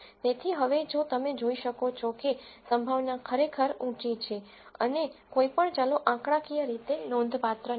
તેથી હવે જો તમે જોઈ શકો છો કે પ્રોબેબ્લીટી ખરેખર ઉંચી છે અને કોઈ પણ ચલો આંકડાકીય રીતે નોંધપાત્ર નથી